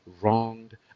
wronged